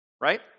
right